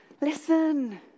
listen